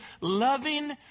loving